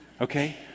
Okay